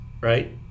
right